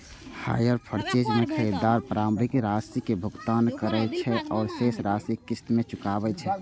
hire purchase मे खरीदार प्रारंभिक राशिक भुगतान करै छै आ शेष राशि किस्त मे चुकाबै छै